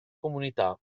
comunità